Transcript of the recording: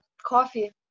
coffee